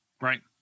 right